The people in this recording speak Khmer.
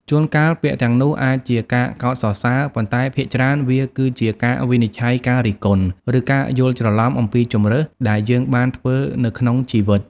ជួនកាលពាក្យទាំងនោះអាចជាការកោតសរសើរ ប៉ុន្តែភាគច្រើនវាគឺជាការវិនិច្ឆ័យការរិះគន់ ឬការយល់ច្រឡំអំពីជម្រើសដែលយើងបានធ្វើនៅក្នុងជីវិត។